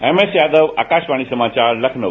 M S Yadav Akashvani समाचार लखनऊ